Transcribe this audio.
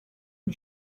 and